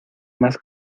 más